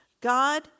God